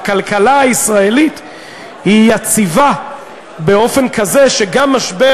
הכלכלה הישראלית יציבה באופן כזה שגם משבר